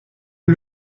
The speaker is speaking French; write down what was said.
est